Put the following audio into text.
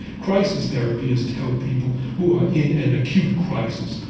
crisis therapy is to help people who are in an acute crisis.